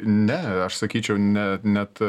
ne aš sakyčiau ne net